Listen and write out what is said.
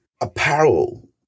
apparel